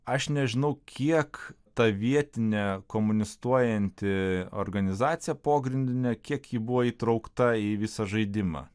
aš nežinau kiek ta vietinė komunistuojanti organizacija pogrindinė kiek ji buvo įtraukta į visą žaidimą